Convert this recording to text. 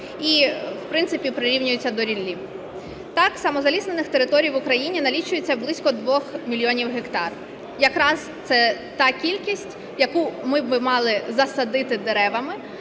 і в принципі прирівнюються до ріллі. Так, самозаліснених територій в Україні налічується близько 2 мільйонів гектар, якраз це та кількість, яку би ми мали засадити деревами